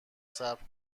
صبر